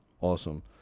Awesome